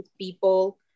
people